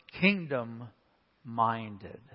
kingdom-minded